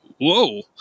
whoa